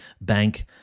bank